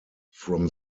from